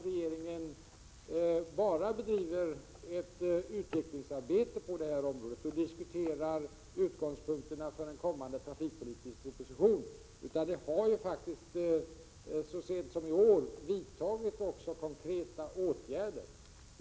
Regeringen bedriver inte enbart ett utvecklingsarbete på det här området och diskuterar utgångspunkterna för en kommande trafikpolitisk proposition. Vi har även så sent som i år vidtagit konkreta åtgärder.